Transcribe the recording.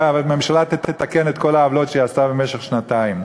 והממשלה תתקן את כל העוולות שהיא עשתה במשך שנתיים.